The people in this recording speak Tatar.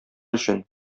өчен